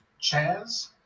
Chaz